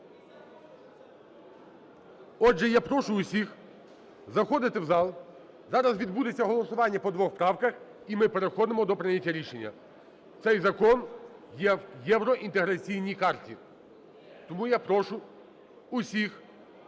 Отже, я прошу всіх заходити в зал. Зараз відбудеться голосування по двох правках, і ми переходимо до прийняття рішення. Цей закон є в євроінтеграційній карті. Тому я прошу всіх,